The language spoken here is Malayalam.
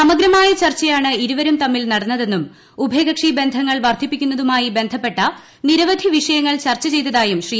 സമഗ്രമായ ചർച്ചയാണ് ഇരുവരും തമ്മിൽ നടന്നതെന്നും ഉഭയകക്ഷി ബന്ധങ്ങൾ വർദ്ധിപ്പിക്കുന്നതുമായി ബന്ധപ്പെട്ട നിരവധി വിഷയങ്ങൾ ചർച്ച ചെയ്തതായും ശ്രീ